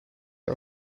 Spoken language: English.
are